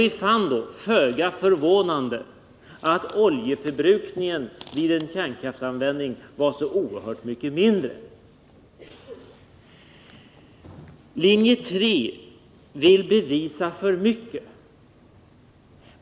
Vi fann, föga förvånande, att oljeförbrukningen vid en kärnkraftsanvändning var oerhört mycket mindre. Företrädarna för linje 3 vill bevisa för mycket.